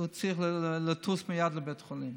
הוא צריך לטוס מייד לבית חולים,